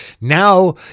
now